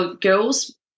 girls